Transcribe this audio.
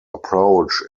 approach